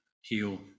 heal